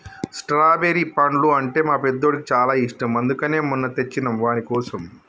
strawberry పండ్లు అంటే మా పెద్దోడికి చాలా ఇష్టం అందుకనే మొన్న తెచ్చినం వానికోసం